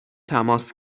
تماس